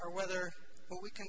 or whether we can